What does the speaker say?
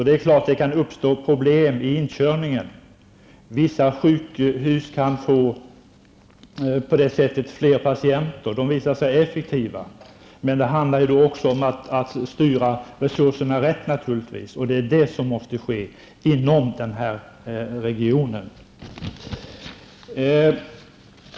Det kan självfallet uppstå problem vid inkörningen, och vissa sjukhus kan få fler patienter om de visar sig vara effektivare. Men det handlar också om att styra resurserna rätt, och det är det som måste ske inom den här regionen.